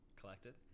Collected